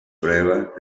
pruebas